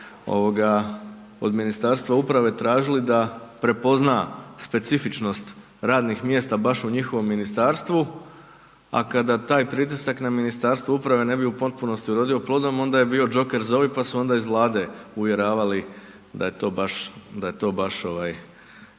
od Ministarstva uprave tražili da prepozna specifičnost radnih mjesta baš u njihovom Ministarstvu, a kada taj pritisak na Ministarstvo uprave ne bi u potpunosti urodio plodom, onda je bio jocker zovi pa su onda iz Vlade uvjeravali da je to baš,